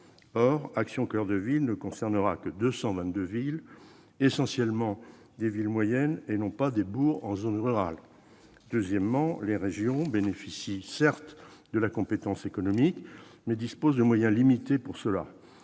Or « Action coeur de ville » ne concernera que 222 villes, essentiellement des villes moyennes et non pas des bourgs en zone rurale. Si les régions bénéficient certes de la compétence économique, elles disposent de moyens limités pour cela.